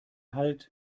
halt